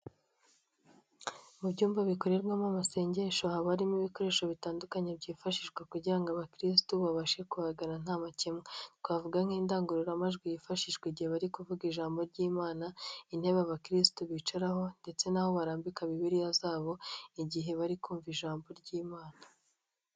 Mu byumba bikorerwamo amasengesho haba harimo ibikoresho bitandukanye byifashishwa kugira ngo abakirisitu babashe kuhagana nta makemwa twavuga nk'indangururamajwi yifashishwa igihe bari kuvuga ijambo ry'imana, intebe abakirisitu bicaraho ndetse n'aho barambika bibiliya zabo igihe bari kumva ijambo ry'imana.